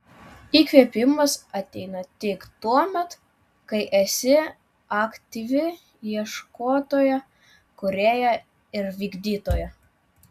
įkvėpimas ateina tik tuomet kai esi aktyvi ieškotoja kūrėja ir vykdytoja